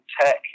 tech